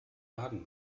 baden